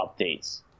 updates